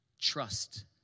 Trust